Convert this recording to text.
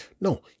No